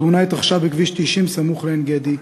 התאונה התרחשה בכביש 90 סמוך לעין-גדי,